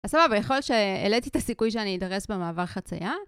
אז סבבה, יכול להיות שהעליתי את הסיכוי שאני אדרס במעבר חצייה?